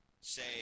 Say